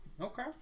Okay